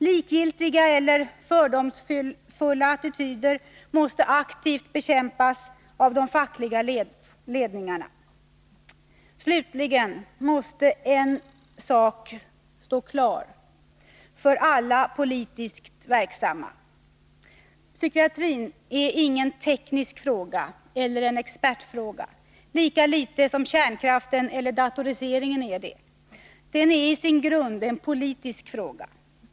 Likgiltiga eller fördomsfulla attityder måste aktivt bekämpas av de fackliga ledningarna. Slutligen måste en sak stå klar för alla politiskt verksamma. Psykiatrin är ingen teknisk fråga eller expertfråga — lika litet som kärnkraften eller datorisering är det. Den är i sin grund en politisk fråga.